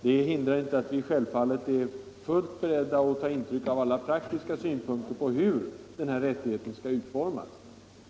Det hindrar inte att vi självfallet kommer att vara fullt beredda att ta intryck av alla praktiska synpunkter på hur den här rättigheten skall utformas.